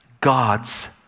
God's